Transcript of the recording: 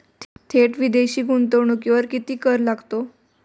थेट विदेशी गुंतवणुकीवर किती कर लागतो?